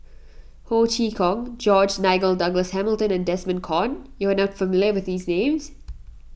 Ho Chee Kong George Nigel Douglas Hamilton and Desmond Kon you are not familiar with these names